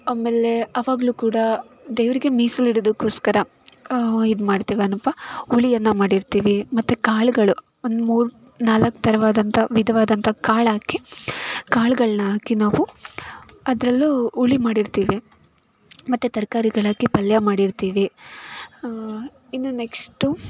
ಆಮೇಲೆ ಅವಾಗ್ಲೂ ಕೂಡಾ ದೇವರಿಗೆ ಮೀಸಲು ಇಡೋದಕೋಸ್ಕರ ಇದು ಮಾಡ್ತೀವಿ ಏನಪ್ಪ ಹುಳಿ ಅನ್ನ ಮಾಡಿರ್ತೀವಿ ಮತ್ತು ಕಾಳುಗಳು ಒಂದು ಮೂರು ನಾಲ್ಕು ಥರವಾದಂಥ ವಿಧವಾದಂಥ ಕಾಳು ಹಾಕಿ ಕಾಳುಗಳ್ನ ಹಾಕಿ ನಾವು ಅದರಲ್ಲೂ ಹುಳಿ ಮಾಡಿರ್ತೀವಿ ಮತ್ತು ತರ್ಕಾರಿಗಳು ಹಾಕಿ ಪಲ್ಯ ಮಾಡ್ತಿರ್ತೀವಿ ಇನ್ನು ನೆಕ್ಷ್ಟು